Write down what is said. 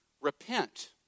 repent